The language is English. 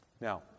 Now